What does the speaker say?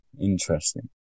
Interesting